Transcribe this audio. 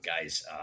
guys